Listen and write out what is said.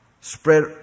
spread